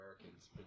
Americans